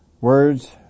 Words